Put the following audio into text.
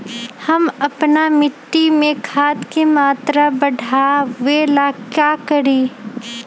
हम अपना मिट्टी में खाद के मात्रा बढ़ा वे ला का करी?